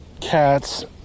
cats